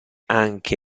anche